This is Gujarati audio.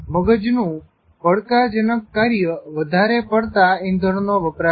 મગજનું પડકારજનક કાર્ય વધારે પડતા ઈંધણ નો વપરાશ છે